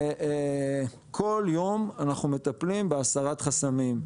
כל יום, אנחנו מטפלים בהסרת חסמים.